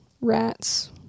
Rats